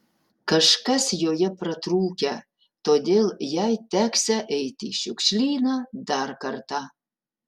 kažkas joje pratrūkę todėl jai teksią eiti į šiukšlyną dar kartą